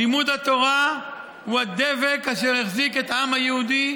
לימוד התורה הוא הדבק אשר החזיק את העם היהודי